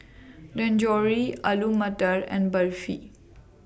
Dangojiru Alu Matar and Barfi